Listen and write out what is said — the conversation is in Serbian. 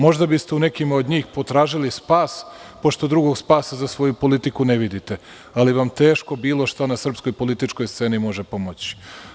Možda biste u nekima od njih potražili spas, pošto drugog spasa za svoju politiku ne vidite, ali vam teško bilo šta na srpskoj političkoj sceni može pomoći.